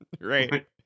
right